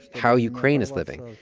how ukraine is living.